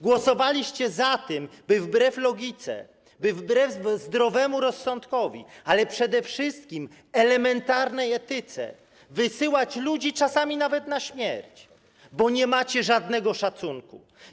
Głosowaliście za tym, by wbrew logice, wbrew zdrowemu rozsądkowi, ale przede wszystkim elementarnej etyce wysyłać ludzi czasami nawet na śmierć, bo nie macie żadnego szacunku.